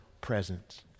presence